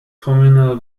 communal